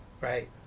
right